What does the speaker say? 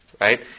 Right